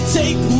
take